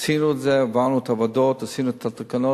עשינו את זה, העברנו את העבודות, עשינו את התקנות.